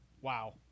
Wow